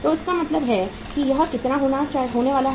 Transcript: तो इसका मतलब है कि यह कितना होने वाला है